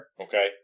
okay